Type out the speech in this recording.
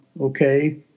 Okay